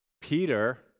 Peter